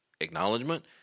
acknowledgement